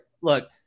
look